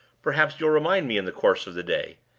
perhaps you'll remind me in the course of the day,